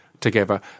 together